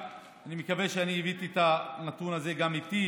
אני מקווה שהבאתי את הנתון הזה איתי